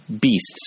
beasts